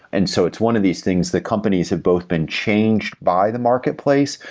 and so it's one of these things that companies have both been changed by the marketplace,